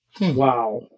Wow